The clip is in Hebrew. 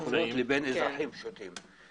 לבין אזרחים פשוטים.